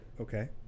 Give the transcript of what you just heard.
okay